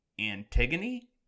Antigone